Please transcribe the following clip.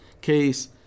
case